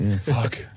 Fuck